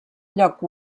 lloc